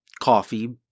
coffee